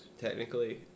technically